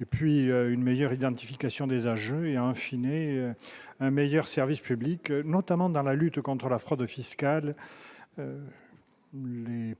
et puis une meilleure identification des âges et infinie, un meilleur service public, notamment dans la lutte contre la fraude fiscale